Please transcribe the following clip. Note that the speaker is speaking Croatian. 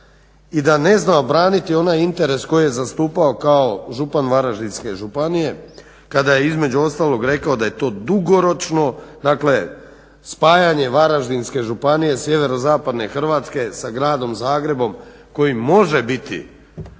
i da ne zna obraniti onaj interes koji je zastupao kao župan Varaždinske županije kada je između ostalog rekao da je to dugoročno dakle spajanje Varaždinske županije, sjeverozapadne Hrvatske sa gradom Zagrebom koji može biti